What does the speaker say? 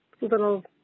little